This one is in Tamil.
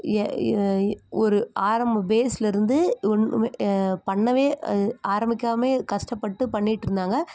எ ஒரு ஆரம்பம் பேஸ்லிலேருந்து ஒன்றுமே பண்ணவே ஆரம்பிக்காமையே கஷ்டப்பட்டு பண்ணிகிட்ருந்தாங்க